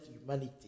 humanity